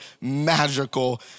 magical